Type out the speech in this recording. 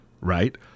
right